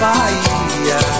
Bahia